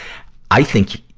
i think,